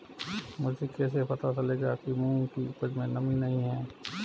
मुझे कैसे पता चलेगा कि मूंग की उपज में नमी नहीं है?